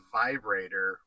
vibrator